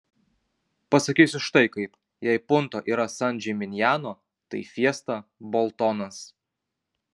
pasakysiu štai kaip jei punto yra san džiminjano tai fiesta boltonas